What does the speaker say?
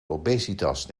obesitas